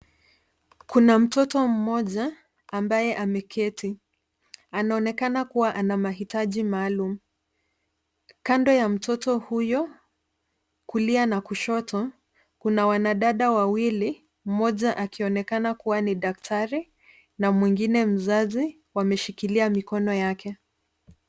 Kuna mtoto mmoja, ambaye ameketi. Anaonekana kua ana mahitaji maalumu. Kando ya mtoto huyo, kulia na kushoto, kuna wanadada wawili, mmoja akionekana kua ni daktari, na mwingine mzazi, wameshikilia mikono yake.